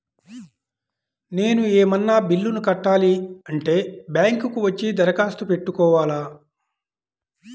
నేను ఏమన్నా బిల్లును కట్టాలి అంటే బ్యాంకు కు వచ్చి దరఖాస్తు పెట్టుకోవాలా?